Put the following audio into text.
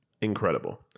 incredible